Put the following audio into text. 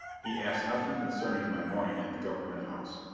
he asked nothing concerning my morning at the government house.